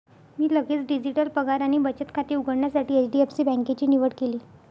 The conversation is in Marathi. मी लगेच डिजिटल पगार आणि बचत खाते उघडण्यासाठी एच.डी.एफ.सी बँकेची निवड केली